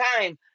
time